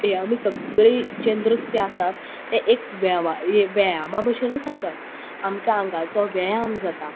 ह्यें आमी सगळे जें नृत्य आसात तें एक वेवा् एक व्येयामा भशेनूच आसात आमकां आंगाचो व्यायाम जाता